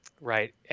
Right